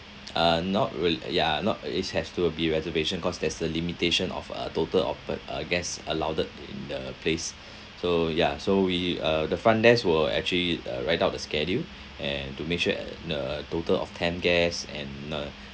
uh not real~ yeah not is has to uh be reservation cause there's a limitation of a total of per uh guests allowed in the place so ya so we uh the front desk will actually uh write out a schedule and to make sure uh the total of ten guests and uh